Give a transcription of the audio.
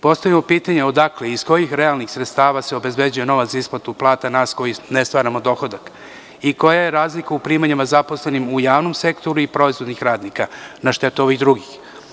Postavimo pitanje – odakle i iz kojih realnih sredstava se obezbeđuje novac za isplatu plata nas koji ne stvaramo dohodak i koja je razlika u primanjima zaposlenih u javnom sektoru i proizvodnih radnika, na štetu ovih drugih?